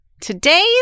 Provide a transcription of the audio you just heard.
today's